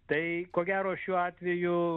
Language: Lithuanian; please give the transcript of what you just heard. tai ko gero šiuo atveju